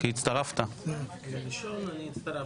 אני הצטרפתי.